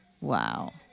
Wow